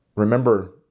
Remember